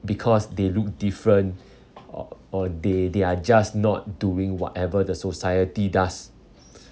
because they look different or or they they are just not doing whatever the society does